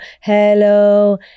hello